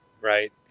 right